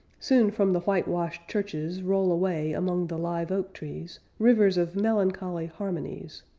soon from the whitewashed churches roll away among the live oak trees, rivers of melancholy harmonies,